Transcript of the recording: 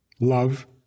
love